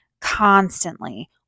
constantly